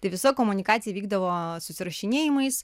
tai visa komunikacija vykdavo susirašinėjimais